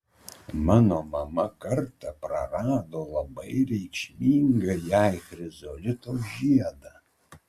mano mama kartą prarado labai reikšmingą jai chrizolito žiedą